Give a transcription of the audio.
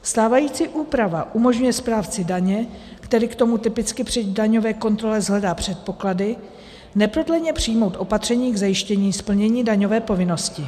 Stávající úprava umožňuje správci daně, který k tomu typicky při daňové kontrole shledá předpoklady, neprodleně přijmout opatření k zajištění splnění daňové povinnosti.